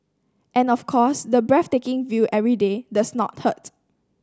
and of course the breathtaking view every day does not hurt